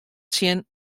tsjin